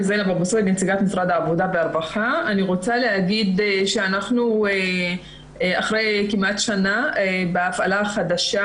אני רוצה להגיד שאחרי כמעט שנה אנחנו בהפעלה חדשה